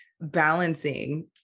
balancing